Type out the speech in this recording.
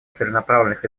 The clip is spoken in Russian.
целенаправленных